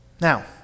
Now